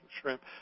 Shrimp